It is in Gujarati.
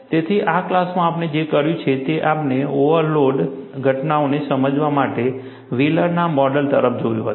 તેથી આ ક્લાસમાં આપણે જે કર્યું હતું તે આપણે ઓવરલોડ ઘટનાને સમજાવવા માટે વ્હીલરના મોડેલ તરફ જોયું હતું